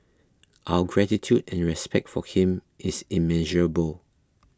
our gratitude and respect for him is immeasurable